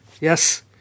yes